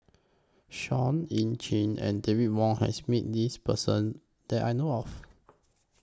Seah EU Chin and David Wong has Met This Person that I know of